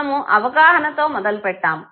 మనము అవగాహనతో మొదలుపెట్టాము